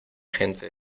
gente